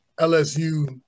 LSU